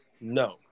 No